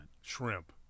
Shrimp